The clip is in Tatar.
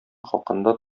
хакында